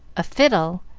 a fiddle,